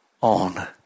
on